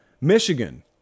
Michigan